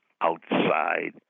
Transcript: outside